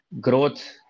growth